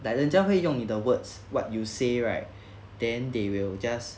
like 人家会用你的 words what you say right then they will just